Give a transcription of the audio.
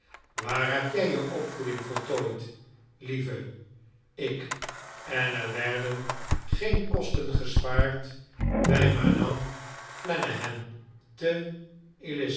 waar heb jij je opvoeding voltooid lieve ik en er werden geen kosten gespaard bij madame flanahan te